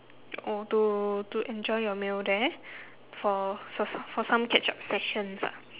oh to to enjoy your meal there for s~ so~ for some catch up sessions ah